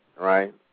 right